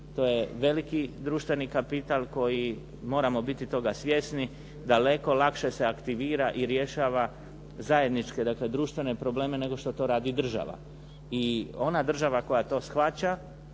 to je veliki društveni kapital koji moramo biti toga svjesni, daleko lakše se aktivira i rješava zajednički, dakle društvene probleme nego što to radi država. I ona država koja to shvaća,